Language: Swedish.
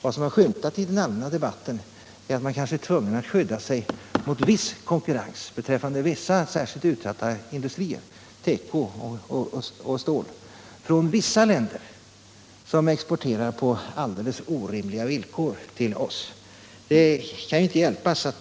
Vad som har skymtat i den allmänna debatten är att man kanske är tvungen att skydda sig mot viss konkurrens beträffande vissa särskilt utsatta industrier — tekooch stålindustrierna — från länder som exporterar till oss på helt orimliga villkor.